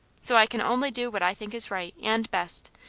so i can only do what i think is right, and best,